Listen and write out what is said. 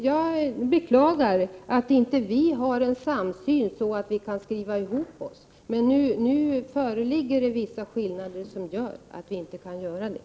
Jag beklagar att det inte finns en sådan samsyn att vi kan skriva ihop oss, men nu föreligger det vissa skillnader som gör att vi inte kan det.